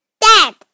Dad